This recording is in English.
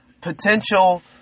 potential